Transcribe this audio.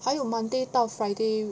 还有 monday 到 friday